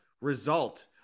result